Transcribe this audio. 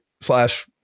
slash